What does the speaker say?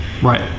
right